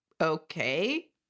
okay